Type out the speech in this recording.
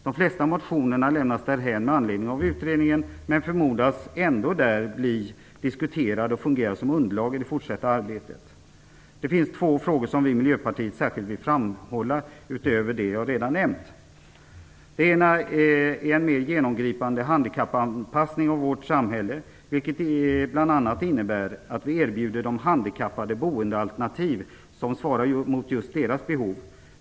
De flesta motioner lämnas därhän med anledning av utredningen, men förmodas ändå där bli diskuterade och fungera som underlag i det fortsatta arbetet. Det finns två frågor som vi i Miljöpartiet särskilt vill framhålla utöver det jag redan har nämnt. Det ena är en mera genomgripande handikappanpassning av vårt samhälle, vilket bl.a. innebär att vi erbjuder de handikappade boendealternativ som svarar mot just deras behov.